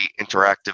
interactive